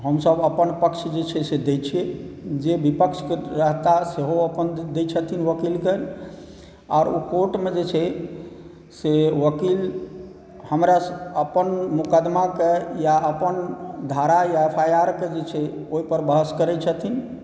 हमसभ अपन पक्ष जे छै से दै छियै जे विपक्षके रहता सेहो अपन दै छथिन वकीलकेँ आर ओ कोर्टमे जे छै से वकील हमरा पैन मुकदमाके या अपन धरा या एफआइआरके जे छै ओहिपर बहस करै छथिन